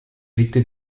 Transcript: legte